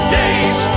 days